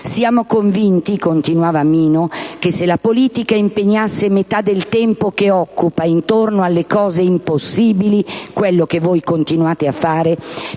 Siamo convinti» - continuava Mino Martinazzoli - «che se la politica impegnasse metà del tempo che occupa intorno alle cose impossibili» - quello che voi continuate a fare